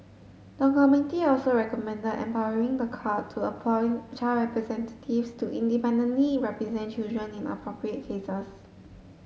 the committee also recommended empowering the court to appoint child representatives to independently represent children in appropriate cases